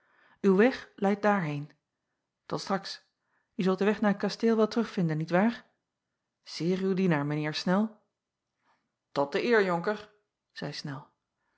uw weg leidt daarheen ot straks e zult den weg naar t kasteel wel terugvinden niet waar eer uw dienaar mijn eer nel ot de eer onker zeî nel